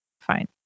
fine